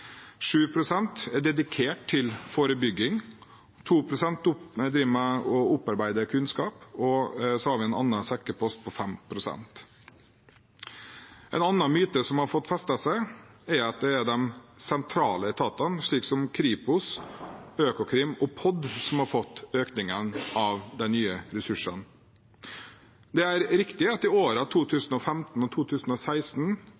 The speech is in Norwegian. er dedikert til forebygging, 2 pst. driver med å opparbeide kunnskap, og så har vi en annen sekkepost på 5 pst. En annen myte som har fått festne seg, er at det er de sentrale etatene, slik som Kripos, Økokrim og POD, som har fått økningen av de nye ressursene. Det er riktig at det i årene 2015 og 2016